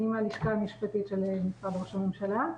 אני מהלשכה המשפטית של משרד ראש הממשלה.